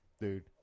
Dude